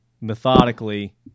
methodically